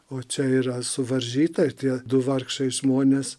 o čia yra suvaržyta ir tie du vargšai žmonės